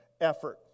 effort